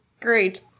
great